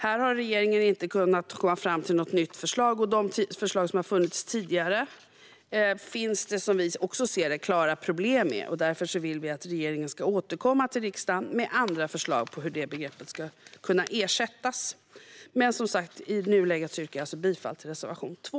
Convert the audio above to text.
Här har regeringen inte kunnat komma fram till något nytt förslag, och de förslag som har funnits tidigare finns det, som vi också ser det, klara problem med. Därför vill vi att regeringen ska återkomma till riksdagen med andra förslag på hur det begreppet ska kunna ersättas. I nuläget yrkar jag alltså bifall till reservation 2.